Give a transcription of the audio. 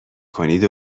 کنید